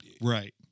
Right